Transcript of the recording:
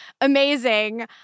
Amazing